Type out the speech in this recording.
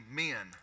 men